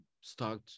start